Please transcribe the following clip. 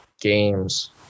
games